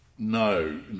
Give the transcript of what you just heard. No